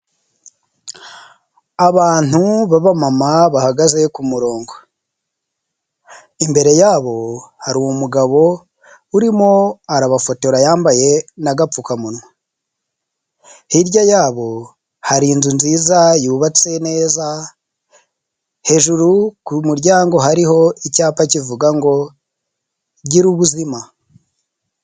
Abantu ba aba mama bahagaze kumurongo imbere yabo hari umugabo urimo arabafotora yambaye n'agapfukamunwa hirya yabo hari inzu nziza yubatse neza hejuru muryango hariho icyapa ngo gira ubuzima.